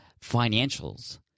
financials